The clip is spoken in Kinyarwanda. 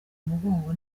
umugongo